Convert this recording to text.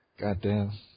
Goddamn